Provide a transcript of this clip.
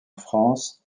france